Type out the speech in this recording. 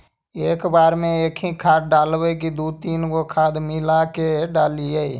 एक बार मे एकही खाद डालबय की दू तीन गो खाद मिला के डालीय?